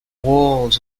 walls